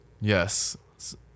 Yes